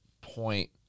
point